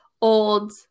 old